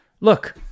look